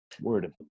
word